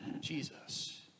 Jesus